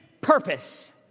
purpose